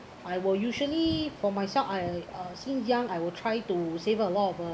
I will usually for myself I uh since young I will try to save a lot of a